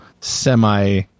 semi